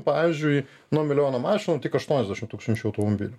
pavyzdžiui nuo milijono mašinų tik aštuoniasdešim tūkstančių automobilių